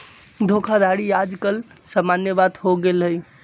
धोखाधड़ी याज काल समान्य बात हो गेल हइ